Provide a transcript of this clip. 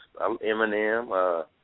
Eminem